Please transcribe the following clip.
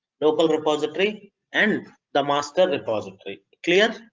local repository and the master repository clear